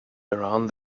around